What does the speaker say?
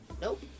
Nope